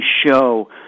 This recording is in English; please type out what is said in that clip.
show